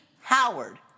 Howard